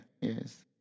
yes